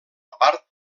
part